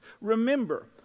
remember